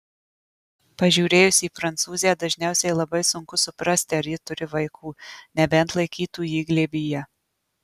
pažiūrėjus į prancūzę dažniausiai labai sunku suprasti ar ji turi vaikų nebent laikytų jį glėbyje